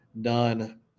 done